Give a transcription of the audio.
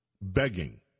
begging